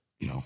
No